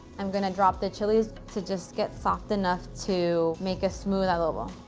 i'm going to drop the chilies to just get soft enough to make a smooth adobo.